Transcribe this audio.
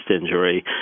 injury